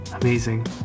amazing